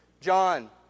John